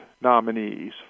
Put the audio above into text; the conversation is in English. nominees